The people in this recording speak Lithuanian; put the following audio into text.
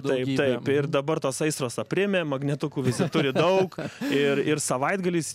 taip taip ir dabar tos aistros aprimę magnetukų visi turi daug ir ir savaitgaliais